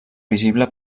visible